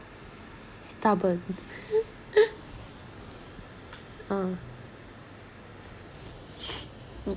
stubborn uh